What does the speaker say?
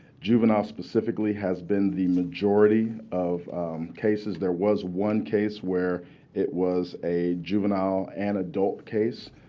juveniles specifically has been the majority of cases. there was one case where it was a juvenile and adult case.